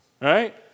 right